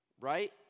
right